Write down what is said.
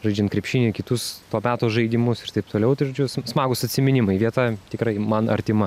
žaidžiant krepšinį kitus to meto žaidimus ir taip toliau tai žodžiu smagūs atsiminimai vieta tikrai man artima